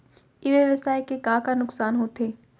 ई व्यवसाय के का का नुक़सान होथे?